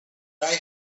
die